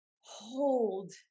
hold